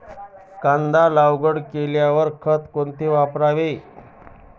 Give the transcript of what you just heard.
कांदा लागवड केल्यावर खते कोणती वापरावी?